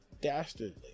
dastardly